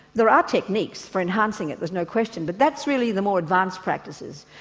there are techniques for enhancing it there's no question, but that's really the more advanced practices.